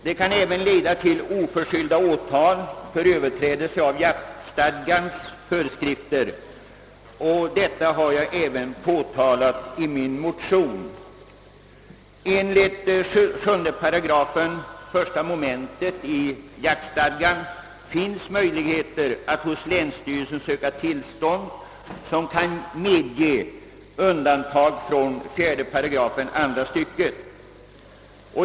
Det kan även leda till oförskyllda åtal för överträdelse av jaktstadgans föreskrift, vilket jag också har påtalat i min motion. Enligt 7 § 1 mom. i jaktstadgan kan länsstyrelsen medge undantag från 4 8 andra stycket.